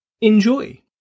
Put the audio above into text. enjoy